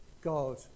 God